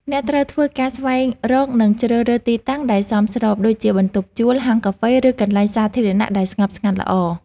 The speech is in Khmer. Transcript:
អ្នកត្រូវធ្វើការស្វែងរក និងជ្រើសរើសទីតាំងដែលសមស្រប ដូចជាបន្ទប់ជួល ហាងកាហ្វេ ឬកន្លែងសាធារណៈដែលស្ងប់ស្ងាត់ល្អ។